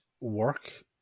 work